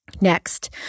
next